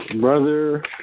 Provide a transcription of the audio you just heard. brother